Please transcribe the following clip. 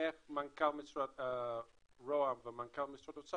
איך מנכ"ל משרד רוה"מ ומנכ"ל משרד האוצר